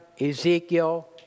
Ezekiel